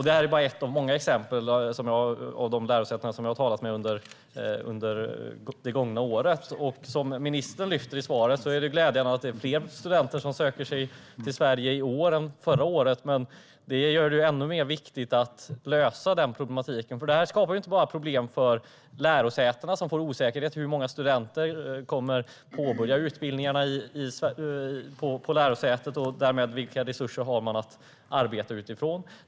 Det är bara ett av många exempel från de lärosäten som jag har talat med under det gångna året. Som ministern säger i svaret är det glädjande att det är fler studenter som söker sig till Sverige i år än förra året. Men det gör det ännu mer viktigt att lösa den här problematiken, för det skapar inte bara problem för lärosätena, som får en osäkerhet om hur många studenter som kommer att påbörja utbildningarna på lärosätena och därmed vilka resurser man har att arbeta utifrån.